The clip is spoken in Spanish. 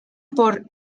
por